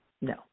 no